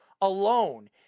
alone